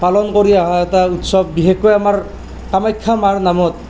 পালন কৰি অহা এটা উৎসৱ বিশেষকৈ আমাৰ কামাখ্যা মাৰ নামত